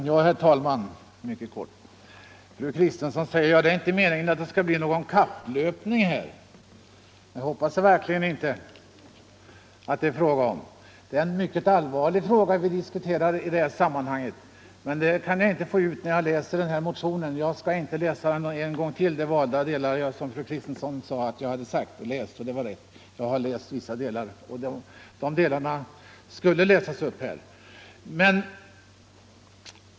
Herr talman! Fru Kristensson säger att det inte är meningen att det skall bli någon kapplöpning. Det hoppas jag verkligen att det inte är fråga om. Det är ett mycket allvarligt ärende vi diskuterar i det här sammanhanget, men det kan jag inte finna när jag läser motionen. Jag skall inte en gång till läsa de valda delar som fru Kristensson nämnde att jag har läst. Det är riktigt att jag har läst motionen.